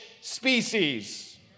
species